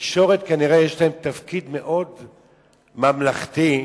כנראה שלתקשורת יש תפקיד מאוד "ממלכתי",